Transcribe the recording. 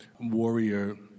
warrior